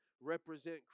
represent